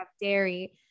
dairy